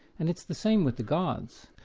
and it's the same with the gods,